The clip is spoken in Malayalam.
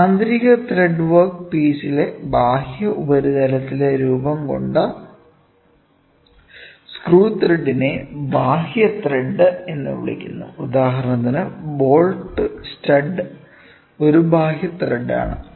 ആന്തരിക ത്രെഡ് വർക്ക് പീസിലെ ബാഹ്യ ഉപരിതലത്തിൽ രൂപംകൊണ്ട സ്ക്രൂ ത്രെഡിനെ ബാഹ്യ ത്രെഡ് എന്ന് വിളിക്കുന്നു ഉദാഹരണത്തിന് ബോൾട്ട് സ്റ്റഡ് ഒരു ബാഹ്യ ത്രെഡ് ആണ്